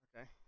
Okay